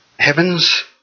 Heavens